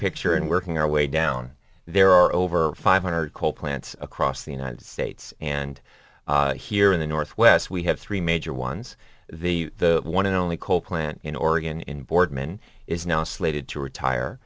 picture and working our way down there are over five hundred coal plants across the united states and here in the northwest we have three major ones the the one and only coal plant in oregon in boardman is now slated to retire